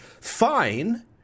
fine